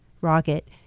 Rocket